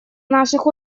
наших